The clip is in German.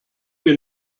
wir